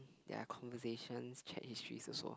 there are conversations chat histories also